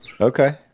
Okay